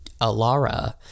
ALARA